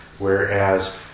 Whereas